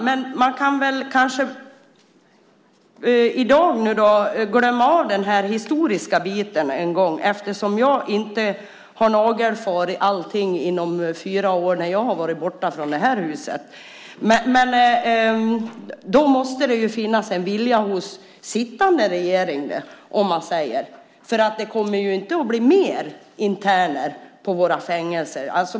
Men i dag kanske man kan glömma den historiska biten en gång, eftersom jag inte har nagelfarit allt under de fyra år då jag var borta från det här huset. Det måste ju finnas en vilja hos sittande regering. Det kommer ju inte att bli mer interner på våra fängelser.